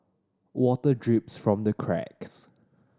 water drips from the cracks